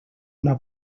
una